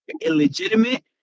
illegitimate